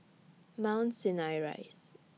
Mount Sinai Rise